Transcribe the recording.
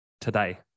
today